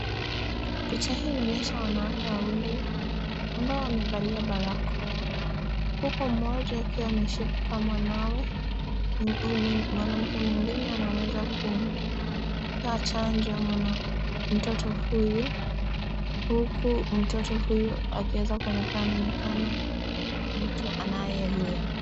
Picha hii inaonyesha wanawake wawili, ambao wamevalia barakoa. Huku mmoja akiwa ameshika mwanawe, mwanamke mwingine anaweza kumpea chanjo mtoto huyu, huku mtoto huyu akiweza kuonekana ni kama mtu anayelia.